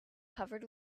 covered